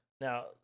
now